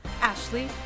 Ashley